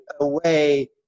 away